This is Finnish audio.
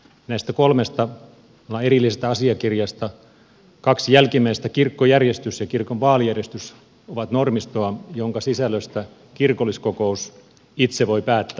näistä kolmesta erillisestä asiakirjasta kaksi jälkimmäistä kirkkojärjestys ja kirkon vaalijärjestys ovat normistoa jonka sisällöstä kirkolliskokous itse voi päättää